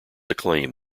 acclaim